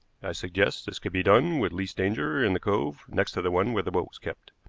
i suggest this could be done with least danger in the cove next to the one where the boat was kept.